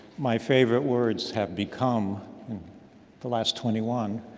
my favorite words have become the last twenty one,